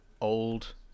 old